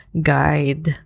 guide